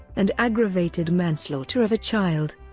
and aggravated manslaughter of a child,